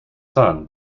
son